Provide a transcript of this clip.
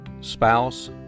spouse